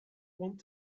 want